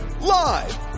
Live